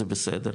זה בסדר,